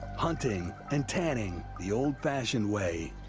hunting, and tanning the old-fashioned way.